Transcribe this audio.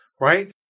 right